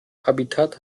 habitat